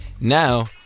now